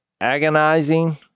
agonizing